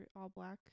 all-black